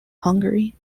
hungary